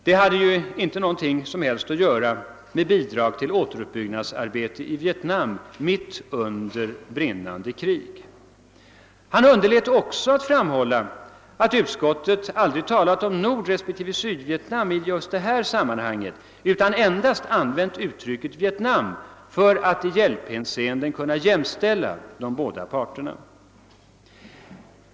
Detta hade ju inte något som helst att göra med bidrag till återuppbyggnadsarbetet i Vietnam mitt under brinnande krig. Utrikesministern underlät också att framhålla att utskottet aldrig talat om Nordrespektive Sydvietnam i just detta sammanhang, utan endast använt uttrycket »Vietnam» för att i hjälphänseende kunna jämställa de båda parterna.